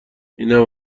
اینم